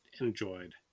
enjoyed